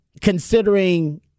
considering